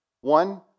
One